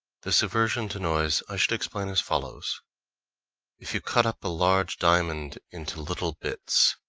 this aversion to noise i should explain as follows if you cut up a large diamond into little bits,